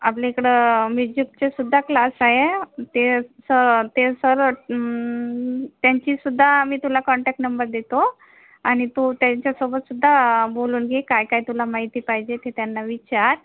आपल्या इकडे म्युजिकचे सुद्धा क्लास आहे ते स ते सर त्यांची सुद्धा मी तुला कॉन्टॅक्ट नंबर देतो आणि तू त्यांच्यासोबत सुद्धा बोलून घे काय काय तुला माहिती पाहिजे ते त्यांना विचार